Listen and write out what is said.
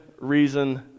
reason